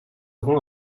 rend